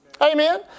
Amen